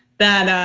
that,